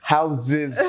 Houses